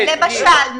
למשל?